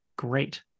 great